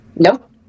Nope